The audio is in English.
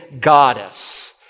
goddess